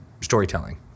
storytelling